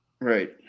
Right